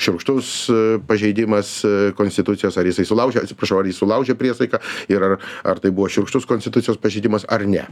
šiurkštus pažeidimas konstitucijos ar jisai sulaužė atsiprašau ar jis sulaužė priesaiką ir ar tai buvo šiurkštus konstitucijos pažeidimas ar ne